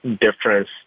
difference